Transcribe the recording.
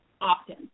often